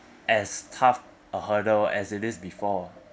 as tough a hurdle as it is before